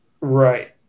right